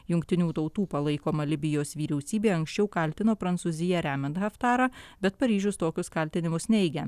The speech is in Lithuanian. jungtinių tautų palaikoma libijos vyriausybė anksčiau kaltino prancūziją remiant haftarą bet paryžius tokius kaltinimus neigia